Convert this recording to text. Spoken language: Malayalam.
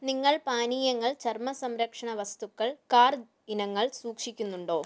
നിങ്ങൾ പാനീയങ്ങൾ ചർമ്മ സംരക്ഷണ വസ്തുക്കൾ കാർ ഇനങ്ങൾ സൂക്ഷിക്കുന്നുണ്ടോ